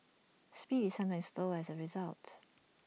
speed is sometimes slower as A result